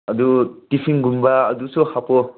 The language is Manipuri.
ꯑꯗꯨ ꯇꯤꯐꯤꯟꯒꯨꯝꯕ ꯑꯗꯨꯁꯨ ꯍꯥꯞꯄꯛꯑꯣ